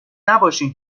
نباشین